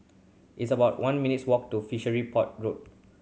it's about one minutes walk to Fishery Port Road